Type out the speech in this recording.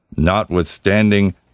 notwithstanding